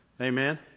Amen